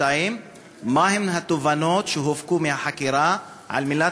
2. מהן התובנות שהופקו מהחקירה על מנת